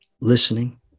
listening